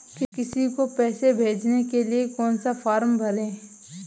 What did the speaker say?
किसी को पैसे भेजने के लिए कौन सा फॉर्म भरें?